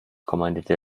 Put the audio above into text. kommandierte